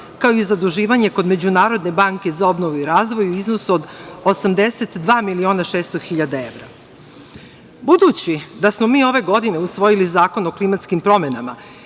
kao i zaduživanje kod Međunarodne banke za obnovu i razvoj u iznosu od 82 miliona 600 hiljada evra. Budući da smo mi ove godine usvojili Zakon o klimatskim promenama,